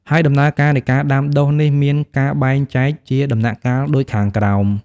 ហើយដំណើរការនៃការដាំដុះនេះមានការបែងចែកជាដំណាក់កាលដូចខាងក្រោម។